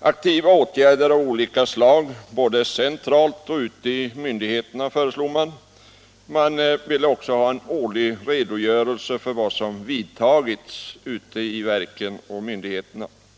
aktiva åtgärder av olika slag både centralt och i myndigheterna. Man ville också ha en årlig redovisning av de åtgärder som hade vidtagits i verk och myndigheter.